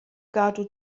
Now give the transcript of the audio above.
gadw